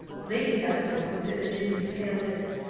lady delacour looked at virginia's pale lips,